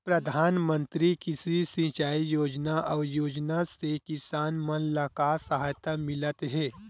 प्रधान मंतरी कृषि सिंचाई योजना अउ योजना से किसान मन ला का सहायता मिलत हे?